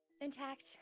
intact